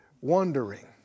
Wondering